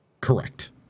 Correct